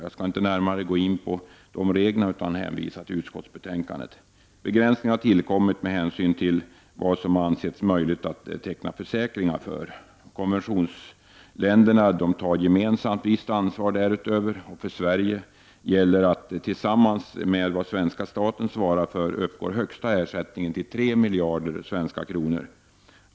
Jag skall inte närmare gå in på dessa regler utan vill hänvisa till utskottsbetänkandet. Begränsningen har tillkommit med hänsyn till vad som ansetts möjligt att teckna försäkringar för. Konventionsländerna tar gemensamt visst ansvar därutöver. För Sverige gäller att tillsammans med vad svenska staten svarar för uppgår högsta ersättning till 3 miljarder svenska kronor.